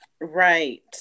Right